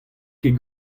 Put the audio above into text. ket